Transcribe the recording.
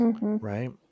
right